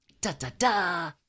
Da-da-da